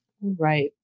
Right